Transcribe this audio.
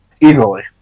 Easily